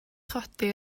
chodi